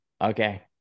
Okay